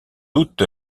doute